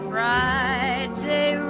Friday